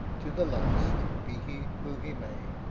to the last, be he who he may.